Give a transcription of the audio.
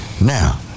Now